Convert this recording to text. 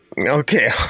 okay